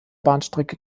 bahnstrecke